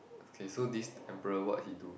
okay so this emperor what he do